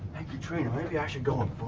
katrina, maybe i should go in